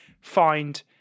find